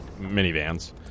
minivans